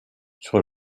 sur